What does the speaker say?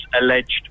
alleged